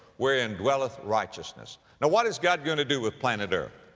wherein dwelleth righteousness. now what is god going to do with planet earth?